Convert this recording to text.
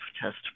test